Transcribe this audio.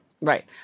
right